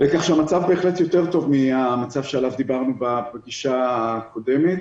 כך שהמצב בהחלט יותר טוב מהמצב שעליו דיברנו בפגישה הקודמת.